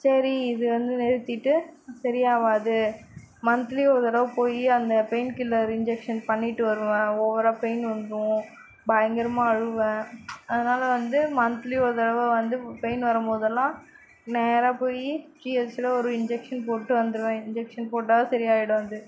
சரி இது வந்து நிறுத்திட்டு சரியாவாது மந்த்லி ஒரு தடவை போய் அந்த பெயின் கில்லர் இன்ஜெக்ஷன் பண்ணிகிட்டு வருவேன் ஓவராக பெயின் வந்துடும் பயங்கரமாக அழுவேன் அதனால் வந்து மந்த்லி ஒரு தடவை வந்து பெயின் வரும்போதெல்லாம் நேராக போய் ஜிஎச்யில் ஒரு இன்ஜெக்ஷன் போட்டு வந்துருவேன் இன்ஜெக்ஷன் போட்டால் சரியாகிடும் அது